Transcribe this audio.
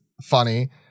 funny